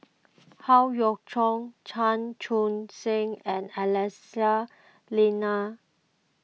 Howe Yoon Chong Chan Chun Sing and Lyana